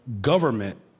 government